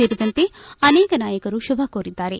ಸೇರಿದಂತೆ ಆನೇಕ ನಾಯಕರು ಶುಭ ಕೋರಿದ್ದಾರೆ